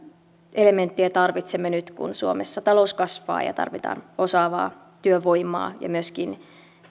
elementtiä tarvitsemme nyt kun suomessa talous kasvaa ja tarvitaan osaavaa työvoimaa ja myöskin